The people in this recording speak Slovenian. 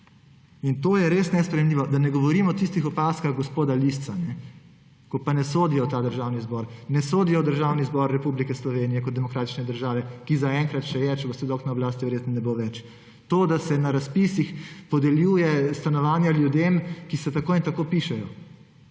To je res nesprejemljivo. Da ne govorim o tistih opazkah gospoda Lisca, ki ne sodijo v Državni zbor, ne sodijo v Državni zbor Republike Slovenije kot demokratične države, ki zaenkrat to še je, če boste dolgo na oblasti, verjetno ne bo več. Da se na razpisih podeljuje stanovanja ljudem, ki se tako in tako pišejo